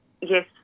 yes